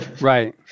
Right